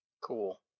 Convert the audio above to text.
Cool